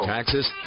Taxes